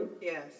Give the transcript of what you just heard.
yes